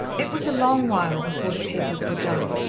it was a long while before the papers were done,